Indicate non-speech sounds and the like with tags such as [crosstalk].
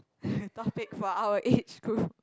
[noise] topic for our age group